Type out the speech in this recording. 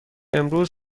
امروز